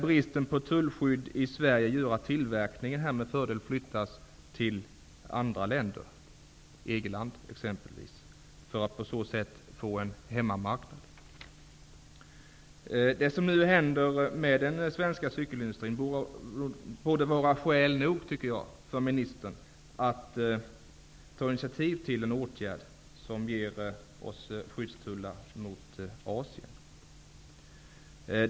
Bristen på tullskydd i Sverige gör dessutom att tillverkningen med fördel flyttas till andra länder, EG-länder exempelvis, för att man på så sätt skall få en hemmamarknad. Det som nu händer med den svenska cykelindustrin borde vara skäl nog för ministern att ta initiativ till en åtgärd som ger oss skyddstullar mot Asien.